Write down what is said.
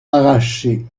arrachés